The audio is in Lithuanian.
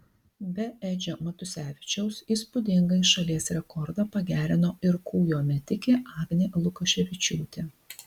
be edžio matusevičiaus įspūdingai šalies rekordą pagerino ir kūjo metikė agnė lukoševičiūtė